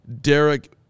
Derek